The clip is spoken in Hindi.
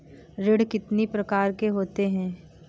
ऋण कितनी प्रकार के होते हैं?